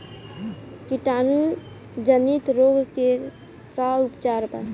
कीटाणु जनित रोग के का उपचार बा?